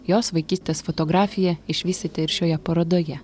jos vaikystės fotografija išvysite ir šioje parodoje